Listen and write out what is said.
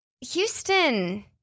houston